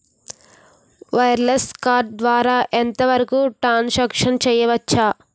Wireless card ద్వారా ఎంత వరకు ట్రాన్ సాంక్షన్ చేయవచ్చు?